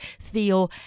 Theo